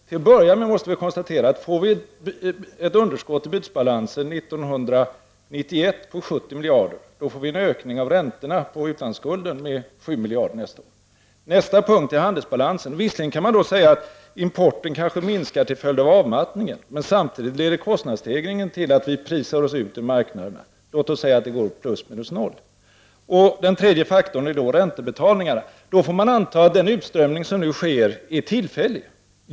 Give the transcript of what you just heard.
Till att börja med måste vi konstatera att får vi ett underskott i bytesbalansen 1991 på 70 miljarder, får vi en ökning av räntorna på utlandsskulden med 7 miljarder nästa år. Nästa punkt gäller handelsbalansen. Visserligen kan man säga att importen kanske minskar till följd av avmattningen, men samtidigt leder kostnadsstegringen till att vi pressas ut ur marknaderna. Låt oss säga att det blir plus minus noll. Den tredje faktorn är räntebetalningarna. Det får antas att tillströmningen som nu sker är tillfällig.